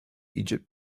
egypt